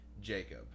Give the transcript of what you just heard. Jacob